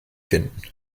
finden